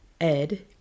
Ed